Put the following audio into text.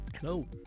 Hello